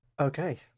okay